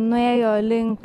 nuėjo link